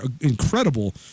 incredible